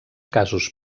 casos